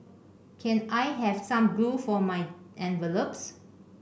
can I have some glue for my envelopes